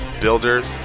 builders